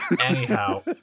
Anyhow